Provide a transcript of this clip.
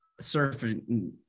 surfing